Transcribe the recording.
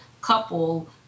couple